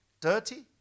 dirty